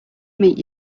meet